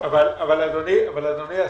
אדוני השר,